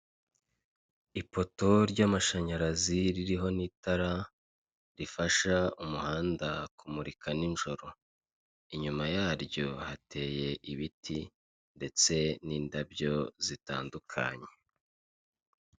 Ipoto ry'amashanyarazi ririho n'itara rifasha umuhanda kumurika nijoro, inyuma yaryo hateye ibiti ndetse n'indabyo zitandukanye.